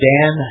Dan